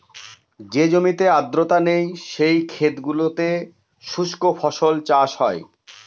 যে জমিতে আর্দ্রতা নেই, সেই ক্ষেত গুলোতে শুস্ক ফসল চাষ হয়